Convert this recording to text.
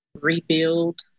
rebuild